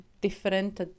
different